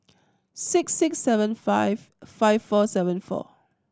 six six seven five five four seven four